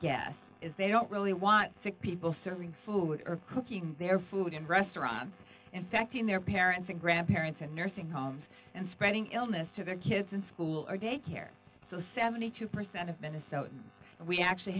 guess is they don't really want sick people serving food or cooking their food in restaurants infecting their parents and grandparents in nursing homes and spreading illness to their kids in school or daycare so seventy two percent of minnesotans we actually